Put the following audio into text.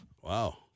Wow